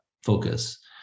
focus